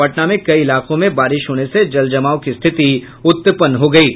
पटना में कई इलाकों में बारिश होने से जल जमाव की स्थिति उत्पन्न हो गयी है